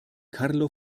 carlo